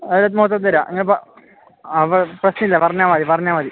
അത് മൊത്തം തരാം നിങ്ങൾ അപ്പോൾ പ്രശ്നമില്ല പറഞ്ഞാൽ മതി പറഞ്ഞാൽ മതി